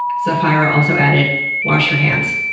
zephyra also added wash your hands.